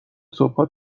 صبحها